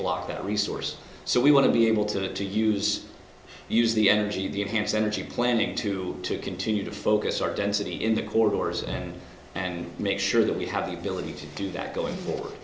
block that resource so we want to be able to to use use the energy the enhanced energy planning to continue to focus our density in the corridors and and make sure that we have the ability to do that going